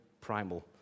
primal